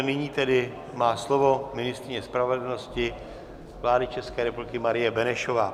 Nyní tedy má slovo ministryně spravedlnosti vlády České republiky Marie Benešová.